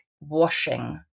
washing